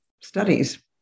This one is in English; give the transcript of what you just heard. studies